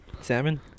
Salmon